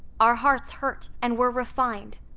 our hearts hurt, and we're refined.